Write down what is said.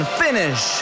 finish